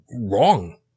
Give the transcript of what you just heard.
wrong